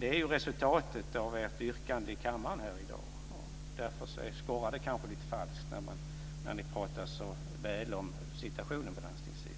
är ju resultatet av ert yrkande i kammaren här i dag. Därför skorrar det kanske lite falskt när ni pratar så väl om situationen på landstingssidan.